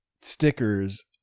stickers